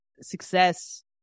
Success